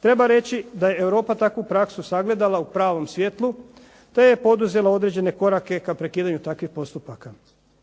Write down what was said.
treba reći da je Europa takvu praksu sagledala u pravom svjetlu te je poduzela određene korake ka prekidanju takvih postupaka.